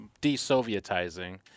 de-Sovietizing